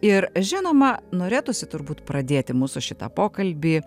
ir žinoma norėtųsi turbūt pradėti mūsų šitą pokalbį